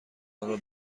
آنرا